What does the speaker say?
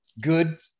good